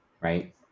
right